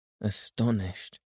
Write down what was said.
astonished